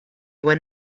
were